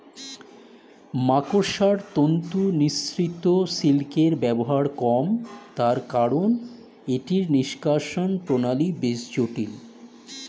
মাকড়সার তন্তু নিঃসৃত সিল্কের ব্যবহার কম, তার কারন এটির নিষ্কাশণ প্রণালী বেশ জটিল